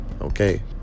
Okay